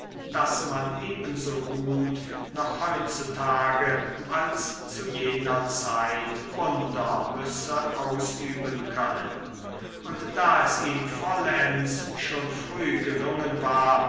daß man ebenso gut noch heutzutage als zu jener zeit wunder müsse ausüben können und da es ihm vollends schon früh gelungen war